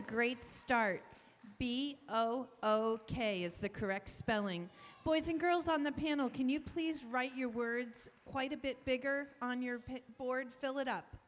a great start b o o k s the correct spelling boys and girls on the panel can you please write your words quite a bit bigger on your board fill it up